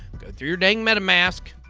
go through your dang metamask,